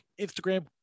Instagram